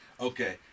Okay